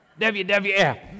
WWF